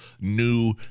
new